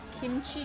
kimchi